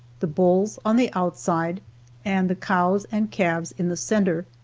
the bulls on the outside and the cows and calves in the center.